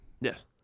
Yes